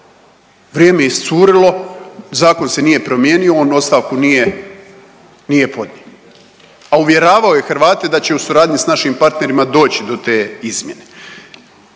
Vrijeme je iscurilo, zakon se nije promijenio, on ostavku nije, nije podnio, a uvjeravao je Hrvate da će u suradnji s našim partnerima doći do te izmjene.